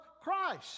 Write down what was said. Christ